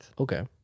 Okay